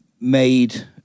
made